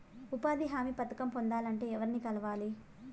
ఉపాధి హామీ పథకం పొందాలంటే ఎవర్ని కలవాలి?